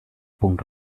punk